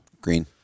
Green